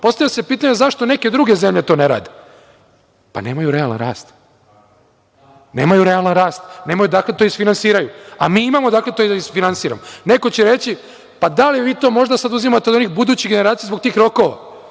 se pitanje zašto neke druge zemlje to ne rade? Pa, nemaju realan rast, nemaju realan rast. Nemaju odakle da to isfinansiraju, a mi imamo odakle da isfinansiramo. Neko će reći - pa da, ali vi to možda sada uzimate od onih budućih generacija zbog tih rokova?